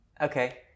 Okay